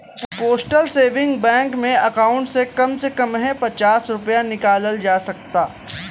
postal saving bank में account से कम से कम हे पचास रूपया निकालल जा सकता